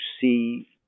see